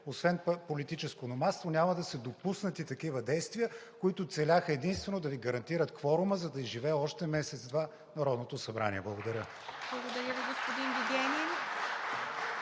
това политическо номадство, няма да се допуснат и такива действия, които целяха единствено да Ви гарантират кворума, за да живее още месец-два Народното събрание. Благодаря. (Ръкопляскания